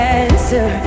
answer